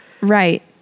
Right